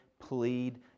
plead